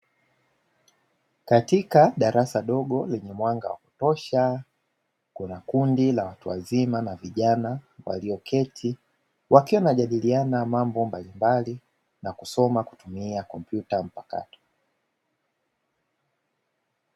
Katika darasa dogo lenye mwanga wa kutosha kuna kundi la watu wazima na vijana walioketi, wakiwa wanajadiliana mambo mbalimbali na kusoma kutumia kompyuta mpakato.